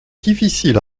difficile